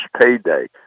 payday